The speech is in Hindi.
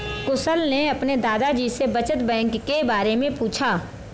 कुशल ने अपने दादा जी से बचत बैंक के बारे में पूछा